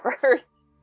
first